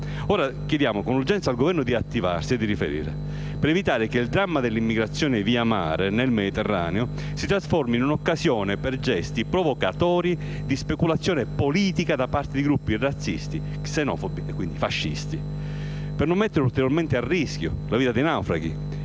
Chiediamo dunque con urgenza al Governo di attivarsi e di riferire, per evitare che il dramma dell'immigrazione via mare nel Mediterraneo si trasformi in un'occasione per gesti provocatori di speculazione politica da parte di gruppi razzisti, xenofobi e fascisti e per non mettere ulteriormente a rischio la vita di naufraghi,